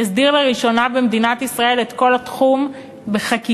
יסדיר לראשונה במדינת ישראל את כל התחום בחקיקה: